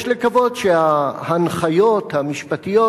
יש לקוות שההנחיות המשפטיות,